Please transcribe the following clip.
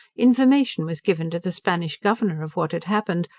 information was given to the spanish governor of what had happened,